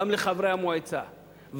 גם לחברי המועצה,